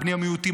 בני המיעוטים.